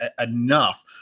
enough